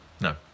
no